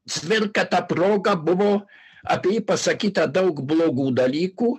cvirka ta proga buvo apie jį pasakyta daug blogų dalykų